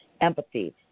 empathy